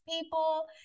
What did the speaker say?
people